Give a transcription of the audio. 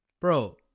Bro